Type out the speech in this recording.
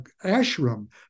ashram